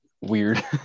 weird